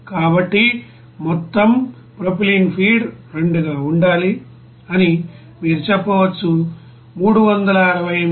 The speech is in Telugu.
కాబట్టి బెంజీన్ మొత్తం ప్రొపైలిన్ ఫీడ్ 2 గా ఉండాలి అని మీరు చెప్పవచ్చు 368